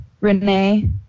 Renee